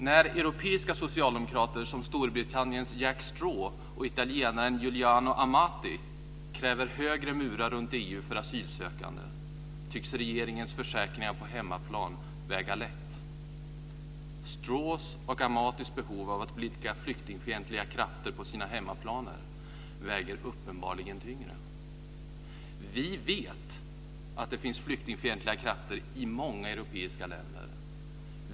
När europeiska socialdemokrater som Storbritanniens Jack Straw och italienaren Giuliano Amati kräver högre murar runt EU för asylsökande tycks regeringens försäkringar på hemmaplan väga lätt. Straws och Amatis behov av att blidka flyktingfientliga krafter på sina hemmaplaner väger uppenbarligen tyngre. Vi vet att det finns flyktingfientliga krafter i många europeiska länder.